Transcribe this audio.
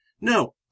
no